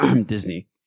Disney